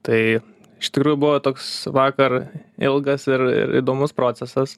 tai iš tikrųjų buvo toks vakar ilgas ir ir įdomus procesas